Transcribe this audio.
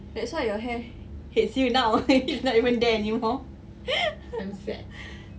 that's why your hair hates you now it's not even there any more